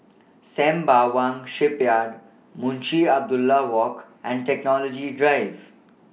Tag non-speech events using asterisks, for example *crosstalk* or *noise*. *noise* Sembawang Shipyard Munshi Abdullah Walk and Technology Drive